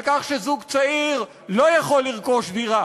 על כך שזוג צעיר לא יכול לרכוש דירה